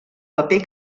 paper